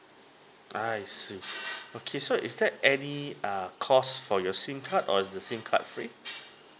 I see okay so is there any err cost for your sim card or is the sim card free